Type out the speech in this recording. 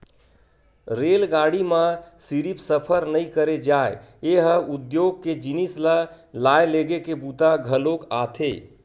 रेलगाड़ी म सिरिफ सफर नइ करे जाए ए ह उद्योग के जिनिस ल लाए लेगे के बूता घलोक आथे